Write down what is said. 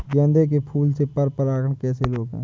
गेंदे के फूल से पर परागण कैसे रोकें?